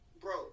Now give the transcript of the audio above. bro